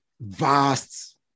vast